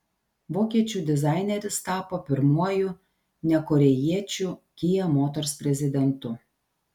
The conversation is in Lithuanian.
vokiečių dizaineris tapo pirmuoju ne korėjiečiu kia motors prezidentu